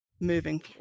moving